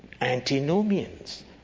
Antinomians